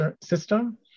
system